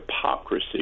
hypocrisy